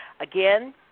again